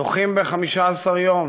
דוחים ב-15 את יום